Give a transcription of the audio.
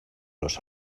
los